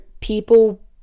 people